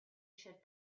should